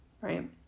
right